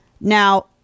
Now